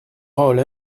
rôle